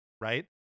right